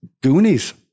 Goonies